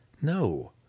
No